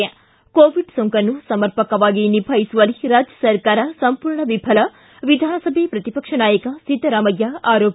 ಿ ಕೋವಿಡ್ ಸೋಂಕನ್ನು ಸಮರ್ಪಕವಾಗಿ ನಿಭಾಯಿಸುವಲ್ಲಿ ರಾಜ್ಯ ಸರ್ಕಾರ ಸಂಪೂರ್ಣ ವಿಫಲ ವಿಧಾನಸಭೆ ಪ್ರತಿಪಕ್ಷ ನಾಯಕ ಸಿದ್ದರಾಮಯ್ಯ ಆರೋಪ